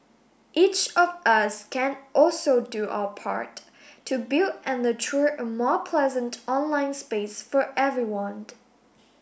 each of us can also do our part to build and nurture a more pleasant online space for everyone